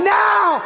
now